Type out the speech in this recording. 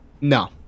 no